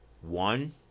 one